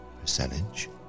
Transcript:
percentage